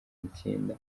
icyenda